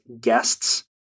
guests